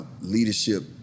leadership